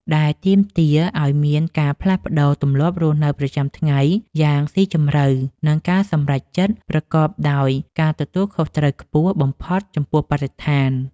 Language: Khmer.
ដែលទាមទារឱ្យមានការផ្លាស់ប្តូរទម្លាប់រស់នៅប្រចាំថ្ងៃយ៉ាងស៊ីជម្រៅ និងការសម្រេចចិត្តប្រកបដោយការទទួលខុសត្រូវខ្ពស់បំផុតចំពោះបរិស្ថាន។